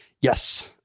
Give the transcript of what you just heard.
Yes